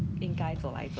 没有做工 lah